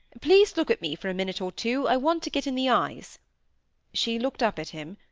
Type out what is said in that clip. please look at me for a minute or two, i want to get in the eyes she looked up at him,